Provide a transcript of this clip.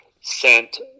sent